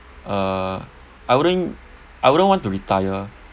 uh I wouldn't I wouldn't want to retire